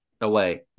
away